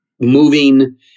moving